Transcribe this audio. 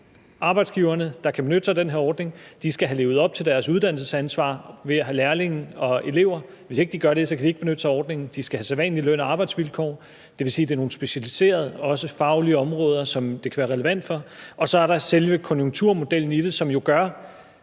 Arbejdsgiverne, der kan benytte sig af den her ordning, skal have levet op til deres uddannelsesansvar ved at have lærlinge og elever. Hvis ikke de har gjort det, kan de ikke benytte sig af ordningen. De skal have sædvanlige løn- og arbejdsvilkår, og det vil sige, at det er nogle specialiserede og faglige områder, det kan være relevant for, og så er der selve konjunkturmodellen i det, som jo gør,